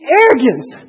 arrogance